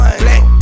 black